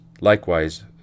Likewise